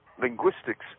linguistics